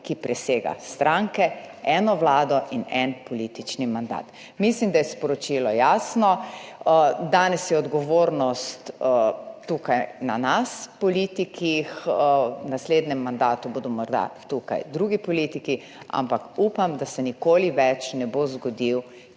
ki presega stranke, eno vlado in en politični mandat.« Mislim, da je sporočilo jasno. Danes je odgovornost tukaj na nas politikih, v naslednjem mandatu bodo morda tukaj drugi politiki, ampak upam, da se nikoli več ne bo zgodil